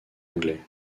anglais